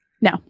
no